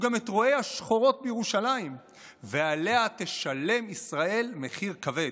גם את רואי השחורות מירושלים ועליה תשלם ישראל מחיר כבד.